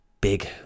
big